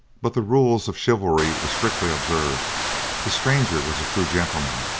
but the rules of chivalry were strictly observed the stranger was a true gentleman,